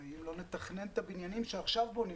הרי אם לא נתכנן את הבניינים שעכשיו בונים,